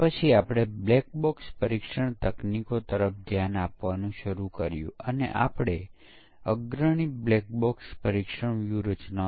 એટલે કે પરીક્ષણ દીઠ જુદા જુદા પરીક્ષણ સ્તર અને જીવન ચક્ર નમૂનાઓ